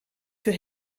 für